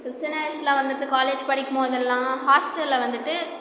சின்ன வயசில் வந்துவிட்டு காலேஜ் படிக்குபோதெல்லாம் ஹாஸ்டலில் வந்துவிட்டு